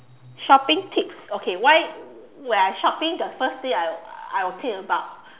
shopping tips okay why when I shopping the first thing I I will think about